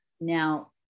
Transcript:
Now